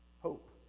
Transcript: hope